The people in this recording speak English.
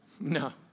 No